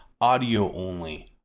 audio-only